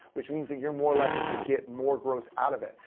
which means that you're more likely to get more growth out of it.